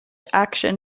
action